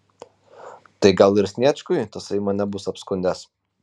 tai gal ir sniečkui tasai mane bus apskundęs